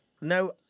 No